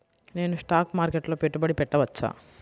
నేను స్టాక్ మార్కెట్లో పెట్టుబడి పెట్టవచ్చా?